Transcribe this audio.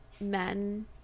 men